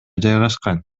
жайгашкан